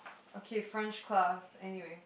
okay french class anyway